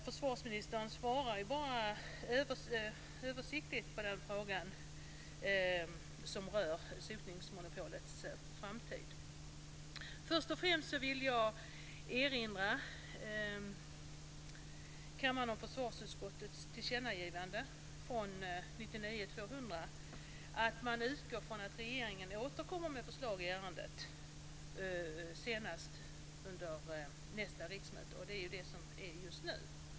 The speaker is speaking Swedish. Försvarsministern svarade bara översiktligt på frågan som rör sotningsmonopolets framtid. Först och främst vill jag erinra kammaren om försvarsutskottets tillkännagivande från 1999/2000 att man utgår från att regeringen återkommer med förslag i ärendet senast under nästa riksmöte, dvs. det som är just nu.